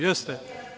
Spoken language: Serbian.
Jeste?